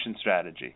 strategy